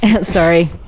Sorry